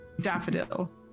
daffodil